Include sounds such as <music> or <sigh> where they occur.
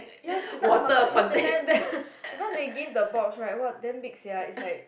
ya that time oh my god you know that time <breath> that time they give the box right !whoa! damn big sia is like